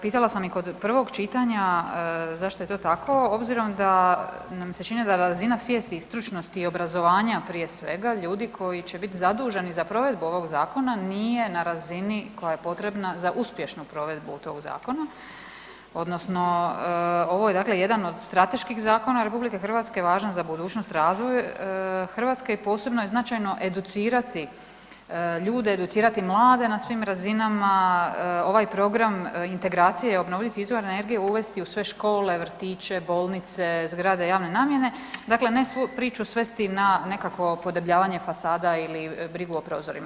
Pitala sam i kod prvog čitanja zašto je to tako obzirom da nam se čini da razina svijesti i stručnosti i obrazovanja, prije svega, ljudi koji će biti zaduženi za provedbu ovog zakona, nije na razini koja je potrebna za uspješnu provedbu tog zakona, odnosno ovo je dakle jedan od strateških zakona RH, važan za budućnost, razvoj Hrvatske i posebno je značajno educirati ljude, educirate mlade na svim razinama, ovaj Program integracije obnovljivih izvora energije uvesti u sve škole, vrtiće, bolnice, zgrade javne namjene, dakle ne svu priču svesti na nekakvo podebljavanje fasada ili brigu o prozorima.